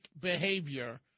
behavior